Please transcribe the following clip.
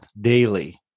daily